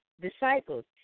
disciples